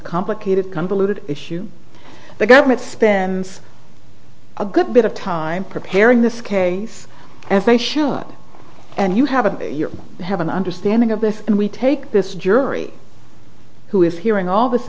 complicated convoluted issue the government spends a good bit of time preparing this case and if they show it and you haven't you have an understanding of this and we take this jury who is hearing all this